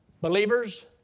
Believers